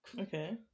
Okay